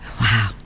Wow